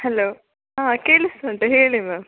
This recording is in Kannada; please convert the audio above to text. ಹಲೋ ಹಾಂ ಕೇಳಿಸ್ತುಂಟು ಹೇಳಿ ಮ್ಯಾಮ್